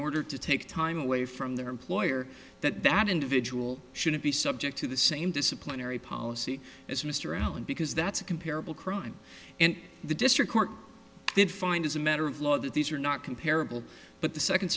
order to take time away from their employer that that individual shouldn't be subject to the same disciplinary policy as mr allen because that's a comparable crime and the district court did find as a matter of law that these are not comparable but the second